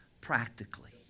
Practically